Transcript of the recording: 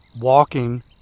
walking